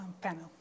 panel